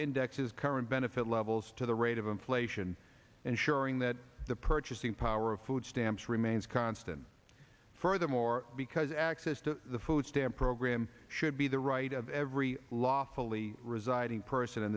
indexes current benefit levels to the rate of inflation ensuring that the purchasing power of food stamps remains constant furthermore because access to the food stamp program should be the right of every lawfully residing person in